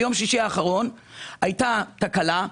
ביום שישי האחרון הייתה תקלה,